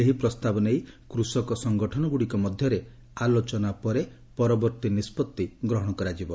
ଏହି ପ୍ରସ୍ତାବ ନେଇ କୃଷକ ସଙ୍ଗଠନଗୁଡ଼ିକ ମଧ୍ୟରେ ଆଲୋଚନା ପରେ ପରବର୍ତ୍ତୀ ନିଷ୍ପଭି ଗ୍ରହଣ କରାଯିବ